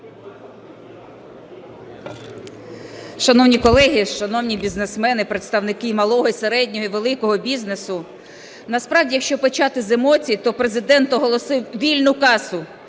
Шановні колеги, шановні бізнесмени, представники і малого, і середнього, і великого бізнесу! Насправді, якщо почати з емоцій, то Президент оголосив "вільну касу"